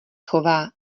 chová